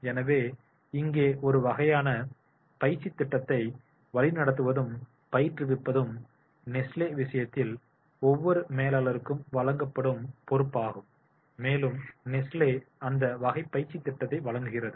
எனவே இங்கே ஒரு வகையான பயிற்சித் திட்டத்தை வழிநடத்துவதும் பயிற்றுவிப்பதும் நெஸ்லே விஷயத்தில் ஒவ்வொரு மேலாளருக்கும் வழங்கப்படும் பொறுப்பாகும் மேலும் நெஸ்லே அந்த வகை பயிற்சித் திட்டத்தை வழங்குகிறது